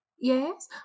Yes